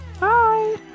Bye